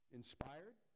inspired